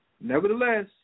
Nevertheless